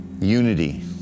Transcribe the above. Unity